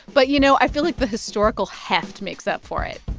but, you know, i feel like the historical heft makes up for it